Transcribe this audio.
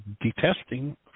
detesting